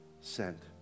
sent